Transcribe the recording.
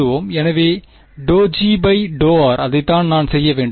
எனவே ∂G∂r அதைத்தான் நான் செய்ய வேண்டும்